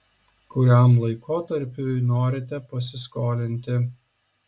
kuriam laikotarpiui norite pasiskolinti